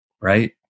Right